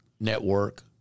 network